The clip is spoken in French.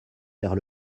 vers